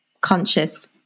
conscious